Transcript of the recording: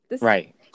Right